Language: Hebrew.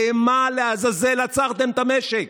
למה לעזאזל עצרתם את המשק?